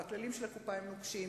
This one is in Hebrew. והכללים של הקופה הם נוקשים,